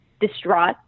distraught